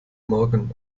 morgan